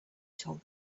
told